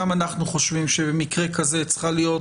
גם אנחנו חושבים שבמקרה כזה צריכה להיות